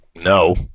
no